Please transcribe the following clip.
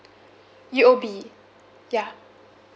U_O_B yeah